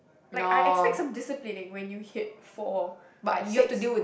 like I expect some disciplining when you hit four five six